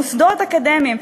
מוסדות אקדמיים,